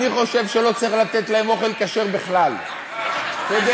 אני חושב שלא צריך לתת להם אוכל כשר בכלל, בסדר?